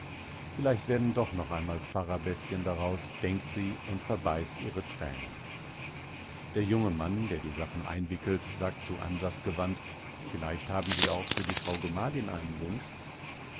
vielleicht werden doch noch einmal pfarrerbäffchen daraus denkt sie und verbeißt ihre tränen der junge mann der die sachen einwickelt sagt zu ansas gewandt vielleicht haben sie auch für die frau gemahlin einen wunsch